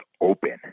open